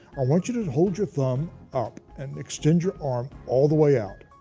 i want you to hold your thumb up and extend your arm all the way out.